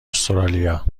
استرالیا